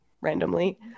randomly